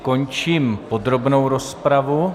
Končím podrobnou rozpravu.